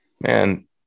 man